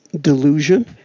delusion